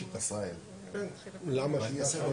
זו המטרה של ההקראה